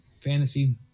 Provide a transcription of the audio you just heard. fantasy